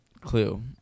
Clue